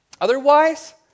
Otherwise